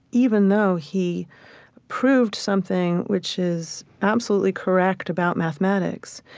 even though he proved something which is absolutely correct about mathematics,